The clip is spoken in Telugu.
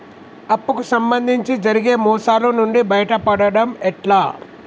అప్పు కు సంబంధించి జరిగే మోసాలు నుండి బయటపడడం ఎట్లా?